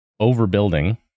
overbuilding